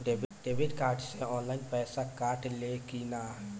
Debit card से online पैसा कटा ले कि ना?